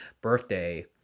birthday